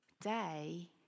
day